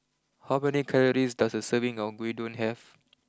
how many calories does a serving of Gyudon have